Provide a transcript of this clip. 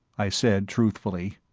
i said truthfully.